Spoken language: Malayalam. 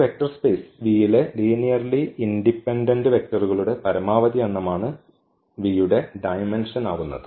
ഒരു വെക്റ്റർ സ്പേസ് V ലെ ലീനിയർലി ഇൻഡിപെൻഡന്റ് വെക്റ്ററുകളുടെ പരമാവധി എണ്ണമാണ് V യുടെ ഡയമെന്ഷൻ ആവുന്നത്